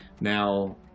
now